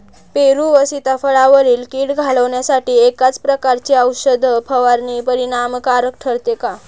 पेरू व सीताफळावरील कीड घालवण्यासाठी एकाच प्रकारची औषध फवारणी परिणामकारक ठरते का?